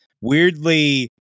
weirdly